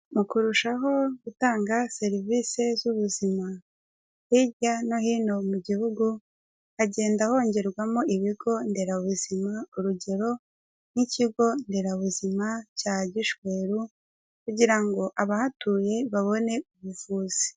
Mu kurushaho gutanga serivise z'ubuzima, hirya no hino mu Gihugu hagenda hongerwamo Ibigo Nderabuzima urugero nk'Ikigo Nderabuzima cya Gishweru kugira ngo abahatuye babone ubuvuzi.